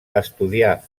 estudià